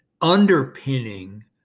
underpinning